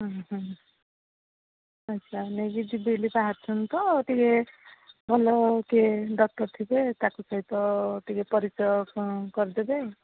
ହୁଁ ହୁଁ ସାର୍ ନେଇକି ଯିବେ ବୋଲି ବାହାରିଛନ୍ତି ତ ଟିକେ ଭଲ କିଏ ଡକ୍ଟର ଥିବେ ତାଙ୍କ ସହିତ ଟିକେ ପରିଚୟ କରି ଦେବେ